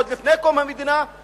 עוד לפני קום המדינה,